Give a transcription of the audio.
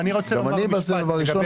גם אני עדיין בסבב הראשון.